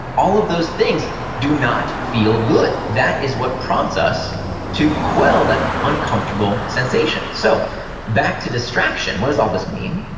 all of those things do not feel good. that is what prompts us to quell that uncomfortable sensation so back to distraction. what does all this mean?